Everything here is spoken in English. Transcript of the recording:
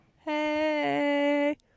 Hey